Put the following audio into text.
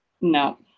No